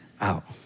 out